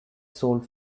sold